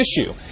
issue